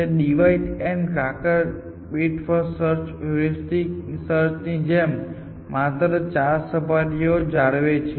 તે divide and conquer breadth first heuristic search ની જેમ માત્ર 4 સપાટીઓ જાળવે છે